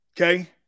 Okay